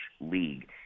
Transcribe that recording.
league